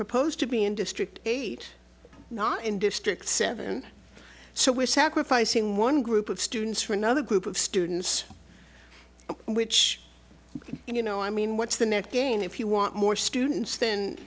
proposed to be in district eight not in district seven so we're sacrificing one group of students for another group of students which you know i mean what's the net gain if you want more students then